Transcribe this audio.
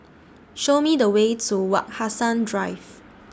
Show Me The Way to Wak Hassan Drive